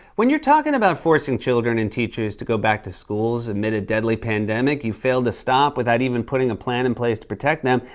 when you're talking about forcing children and teachers to go back to schools amid a deadly pandemic you failed to stop without even putting a plan in place to protect them,